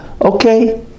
Okay